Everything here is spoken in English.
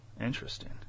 Interesting